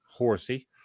horsey